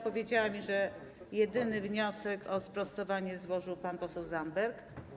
Powiedziała mi, że jedyny wniosek o sprostowanie złożył pan poseł Zandberg.